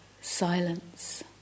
silence